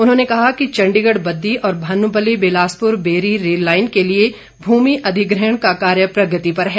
उन्होंने कहा कि चंडीगढ़ बद्दी और भानुपल्ली बिलासपुर बैरी रेल लाइन के लिए भूमि अधिग्रहण का कार्य प्रगति पर है